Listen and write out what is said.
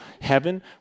heaven